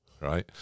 right